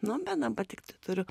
nu bet dabar tiktai turiu